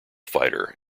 fighter